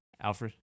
Alfred